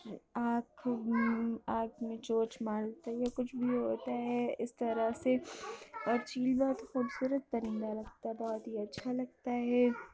آنکھ آنکھ میں چونچ مارتا ہے یا کچھ بھی ہوتا ہے اس طرح سے اور چیل بہت خوبصورت پرندہ لگتا بہت ہی اچھا لگتا ہے